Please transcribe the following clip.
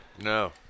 No